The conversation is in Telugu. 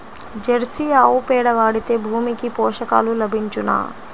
జెర్సీ ఆవు పేడ వాడితే భూమికి పోషకాలు లభించునా?